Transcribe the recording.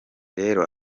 rero